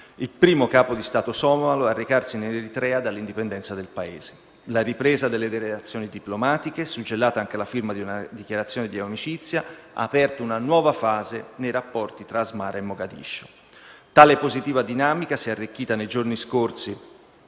primo Capo di Stato somalo a recarsi in Eritrea dall'indipendenza del Paese. La ripresa delle relazioni diplomatiche, suggellata anche dalla firma di una dichiarazione di amicizia, ha aperto una nuova fase nei rapporti tra Asmara e Mogadiscio. Tale positiva dinamica si è arricchita nei giorni scorsi